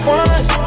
one